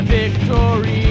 victory